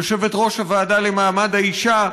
יושבת-ראש הוועדה לקידום מעמד האישה,